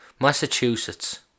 Massachusetts